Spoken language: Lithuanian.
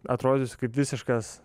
atrodysiu kaip visiškas